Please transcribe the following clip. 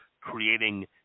creating